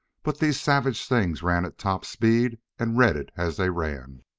but these savage things ran at top speed and read it as they ran.